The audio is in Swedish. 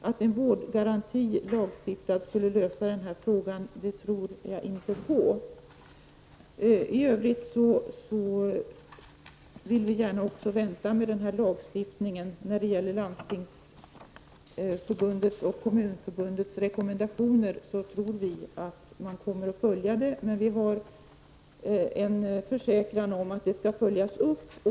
Att en lagstiftad vårdgaranti skulle lösa denna fråga tror jag inte på. I övrigt så vill vi också gärna vänta med denna lagstiftning. Vi tror att man kommer att följa Landstingsförbundets och Kommunförbundets rekommendationer, och vi har en försäkran om att det skall följas upp.